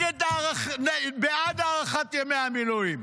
בעד הארכת ימי המילואים.